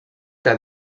que